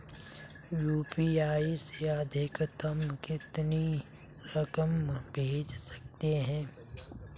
UPI से अधिकतम कितनी रकम भेज सकते हैं?